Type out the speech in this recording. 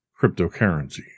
cryptocurrency